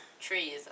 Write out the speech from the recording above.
trees